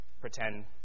pretend